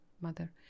mother